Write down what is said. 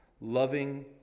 loving